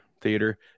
theater